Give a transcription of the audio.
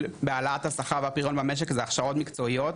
בהעלאת השכר והפריון במשק זה הכשרות מקצועיות.